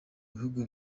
bihugu